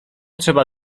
trzeba